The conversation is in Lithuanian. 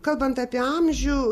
kalbant apie amžių